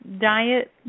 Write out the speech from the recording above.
diet